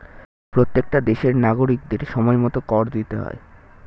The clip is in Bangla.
প্রত্যেকটা দেশের নাগরিকদের সময়মতো কর দিতে হয়